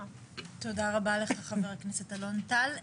תודה רבה לך חבר הכנסת אלון טל.